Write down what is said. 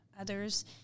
others